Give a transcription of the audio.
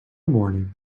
morning